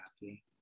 happy